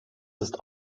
ist